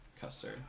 custard